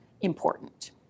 important